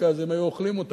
כי אז הם היו אוכלים אותה,